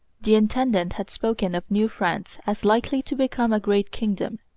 the intendant had spoken of new france as likely to become a great kingdom.